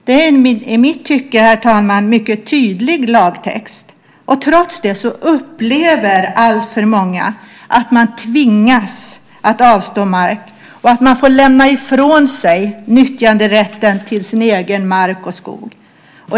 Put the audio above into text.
Det är en i mitt tycke mycket tydlig lagtext. Trots det upplever alltför många att man tvingas att avstå mark och att man får lämna ifrån sig nyttjanderätten till sin egen mark och skog.